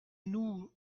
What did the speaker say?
nous